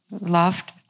loved